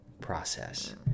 process